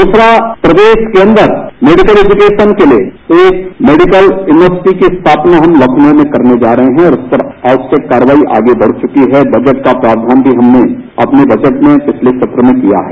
दूसरा प्रदेश के अन्दर मेडिकल एजुकेशन के लिये एक मेडिकल यूनिवर्सिटी की स्थापना हम लखनऊ में करने जा रहे है और उस पर कार्रवाई आगे बढ़ चुकी है बजट का प्रावधान भी हमने अपने बजट में पिछले सत्र में किया है